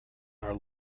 are